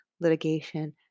litigation